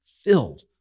filled